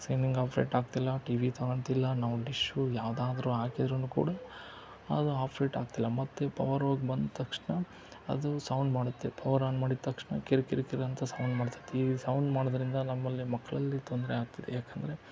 screening operate ಆಗ್ತಿಲ್ಲ T V ತಗೊಳ್ತಿಲ್ಲ ನಾವು ಡಿಶ್ಶು ಯಾವುದಾದ್ರೂ ಹಾಕಿದ್ರೂನು ಕೂಡ ಅದು ಆಫ್ರೇಟ್ ಆಗ್ತಿಲ್ಲ ಮತ್ತು ಪವರ್ ಹೋಗಿ ಬಂದ ತಕ್ಷಣ ಅದು ಸೌಂಡ್ ಮಾಡುತ್ತೆ ಪವರ್ ಆನ್ ಮಾಡಿದ ತಕ್ಷಣ ಕಿರ್ ಕಿರ್ ಕಿರ್ ಅಂತ ಸೌಂಡ್ ಮಾಡುತ್ತೆ ಈ ಸೌಂಡ್ ಮಾಡೋದರಿಂದ ನಮ್ಮಲ್ಲಿ ಮಕ್ಕಳಲ್ಲಿ ತೊಂದರೆ ಆಗ್ತಿದೆ ಯಾಕಂದರೆ